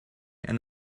and